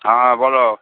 হ্যাঁ বলো